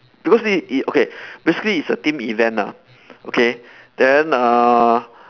because it it okay basically it's a team event ah okay then uh